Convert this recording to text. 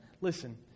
Listen